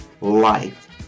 life